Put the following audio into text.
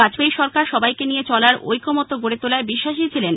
বাজপেয়ী সরকার সবাইকে নিয়ে চলার ঐকমত্য গড়ে তোলায় বিশ্বাসী ছিলেন